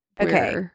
okay